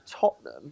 Tottenham